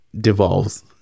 devolves